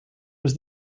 was